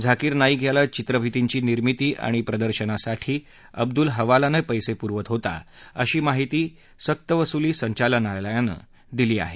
झाकीर नाईक याला चित्रफितींची निर्मिती आणि प्रदर्शनासाठी अब्दुल हवालाने पैसे पुरवत होता अशी माहिती सक्तवसुली संचालनालयानं दिली आहे